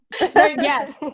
yes